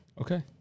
Okay